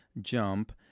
jump